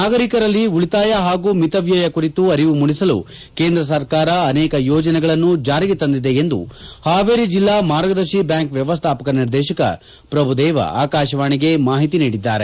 ನಾಗರಿಕರಲ್ಲಿ ಉಳಿತಾಯ ಹಾಗೂ ಮಿತವ್ಯಯ ಕುರಿತು ಅರಿವು ಮೂಡಿಸಲು ಕೇಂದ್ರ ಸರ್ಕಾರ ಅನೇಕ ಯೋಜನೆಗಳನ್ನು ಜಾರಿಗೆ ತಂದಿದೆ ಎಂದು ಹಾವೇರಿ ಜಿಲ್ಲಾ ಮಾರ್ಗದರ್ಶಿ ಬ್ಯಾಂಕ್ ವ್ಯವಸ್ಥಾಪಕ ನಿರ್ದೇಶಕ ಪ್ರಭುದೇವ ಆಕಾಶವಾಣಿಗೆ ಮಾಹಿತಿ ನೀಡಿದ್ದಾರೆ